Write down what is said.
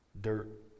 dirt